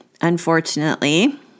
unfortunately